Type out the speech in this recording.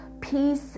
peace